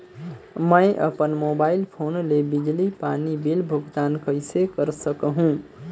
मैं अपन mobile phone ले बिजली पानी बिल भुगतान कइसे कर सकहुं?